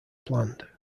planned